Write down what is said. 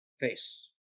face